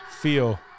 feel